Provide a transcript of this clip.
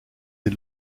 des